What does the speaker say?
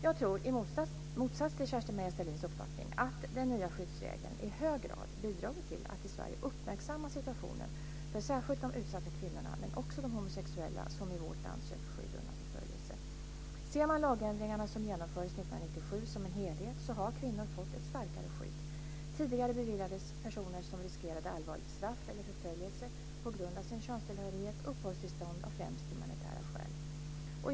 Jag tror, i motsats till Kerstin-Maria Stalins uppfattning, att den nya skyddsregeln i hög grad bidragit till att i Sverige uppmärksamma situationen för särskilt de utsatta kvinnorna men också de homosexuella som i vårt land söker skydd undan förföljelse. Ser man lagändringarna som genomfördes 1997 som en helhet har kvinnor fått ett starkare skydd. Tidigare beviljades personer som riskerade allvarligt straff eller förföljelse på grund av sin könstillhörighet uppehållstillstånd av främst humanitära skäl.